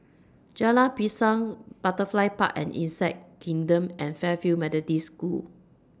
Jalan Pisang Butterfly Park and Insect Kingdom and Fairfield Methodist School